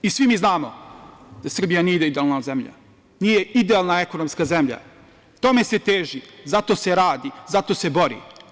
Svi mi znamo da Srbija nije idealna zemlja, nije idealna ekonomska zemlja, tome se teži, zato se radi, zato se bori.